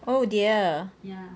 oh dear